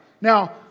now